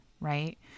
right